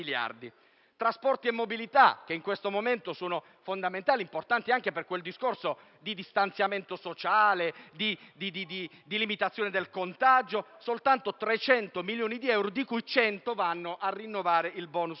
trasporti e mobilità, che in questo momento sono fondamentali anche per il distanziamento sociale e per la limitazione del contagio, soltanto 300 milioni di euro, di cui 100 vanno a rinnovare il bonus mobilità.